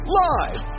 live